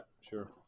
Sure